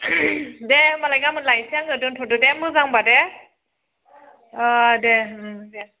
दे होनबालाय गाबोन लायनोसै आङो दोनथ'दो दे मोजांबा दे औ दे दे